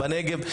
בנגב.